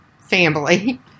family